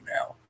now